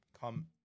come